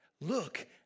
Look